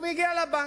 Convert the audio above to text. הוא מגיע לבנק,